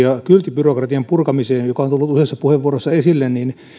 ja kylttibyrokratian purkamiseen joka on tullut useissa puheenvuoroissa esille niin